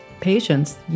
patients